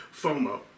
FOMO